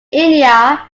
india